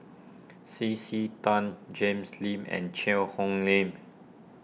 C C Tan Jims Lim and Cheang Hong Lim